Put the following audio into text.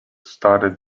started